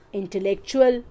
intellectual